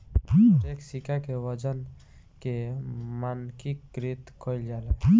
हरेक सिक्का के वजन के मानकीकृत कईल जाला